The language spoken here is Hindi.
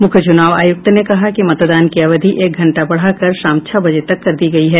मुख्य चुनाव आयुक्त ने कहा कि मतदान की अवधि एक घंटा बढ़ाकर शाम छह बजे तक कर दी गई है